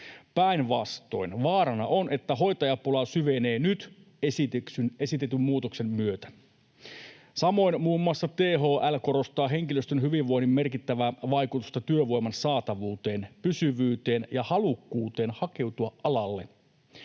Päinvastoin vaarana on, että hoitajapula syvenee nyt esitetyn muutoksen myötä. Samoin muun muassa THL korostaa henkilöstön hyvinvoinnin merkittävää vaikutusta työvoiman saatavuuteen, pysyvyyteen ja halukkuuteen hakeutua alalle.